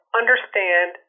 understand